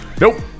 Nope